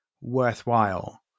worthwhile